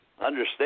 understand